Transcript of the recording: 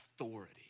authority